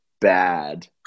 bad